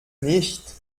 nicht